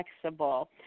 flexible